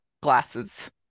glasses